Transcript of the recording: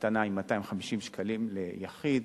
עם 250 שקלים ליחיד.